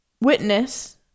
witness